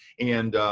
and